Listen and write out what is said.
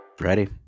ready